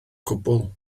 cwbl